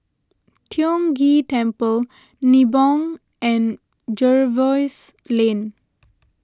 Tiong Ghee Temple Nibong and Jervois Lane